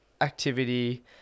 activity